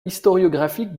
historiographique